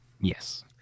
Yes